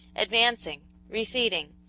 advancing, receding,